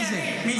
מי זה?